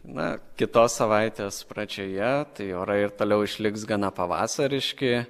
na kitos savaitės pradžioje tai orai ir toliau išliks gana pavasariški